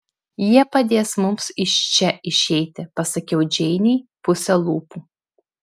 jie padės mums iš čia išeiti pasakiau džeinei puse lūpų